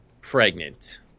Pregnant